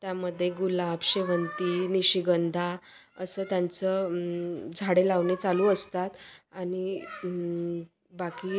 त्यामध्ये गुलाब शेवंती निशिगंध असं त्यांचं झाडे लावणे चालू असतात आणि बाकी